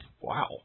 Wow